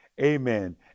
Amen